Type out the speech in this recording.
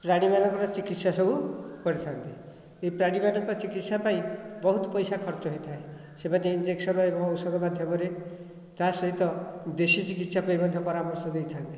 ପ୍ରାଣୀମାନଙ୍କ ଚିକିତ୍ସା ସବୁ କରିଥାନ୍ତି ଏ ପ୍ରାଣୀ ମାନଙ୍କ ଚିକିତ୍ସା ପାଇଁ ବହୁତ ପଇସା ଖର୍ଚ୍ଚ ହୋଇଥାଏ ସେମାନେ ଇଞ୍ଜେକସନ ଏବଂ ଔଷଧ ମାଧ୍ୟମରେ ତା ସହିତ ଦେଶୀ ଚିକିତ୍ସା ପାଇଁ ମଧ୍ୟ ପରାମର୍ଶ ଦେଇଥାନ୍ତି